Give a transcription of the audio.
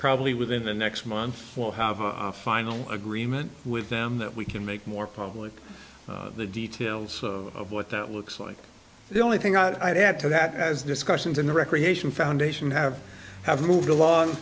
probably within the next month we'll have a final agreement with them that we can make more public the details of what that looks like the only thing i'd add to that as discussions in the recreation foundation have have moved along